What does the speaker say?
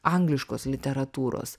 angliškos literatūros